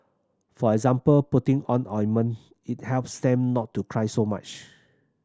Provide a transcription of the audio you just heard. for example putting on ointment it helps them not to cry so much